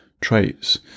traits